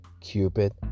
Cupid